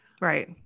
right